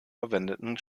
verwendeten